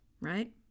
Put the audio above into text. Right